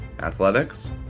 athletics